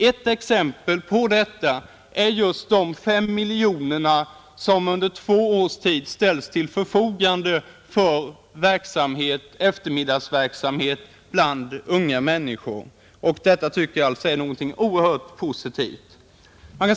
Ett exempel på detta är just de 5 miljonerna, som under två års tid ställts till förfogande för eftermiddagsverksamhet bland unga människor. Detta tycker jag är någonting oerhört positivt.